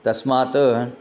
तस्मात्